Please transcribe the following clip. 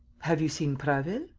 have you seen prasville?